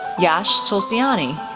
yash tulsiani,